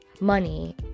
money